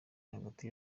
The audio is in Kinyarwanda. hagati